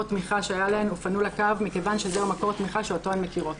תמיכה שהיה להן ופנו לקו מכיוון שזה מקור תמיכה שאותו הן מכירות".